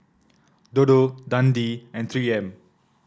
Dodo Dundee and Three M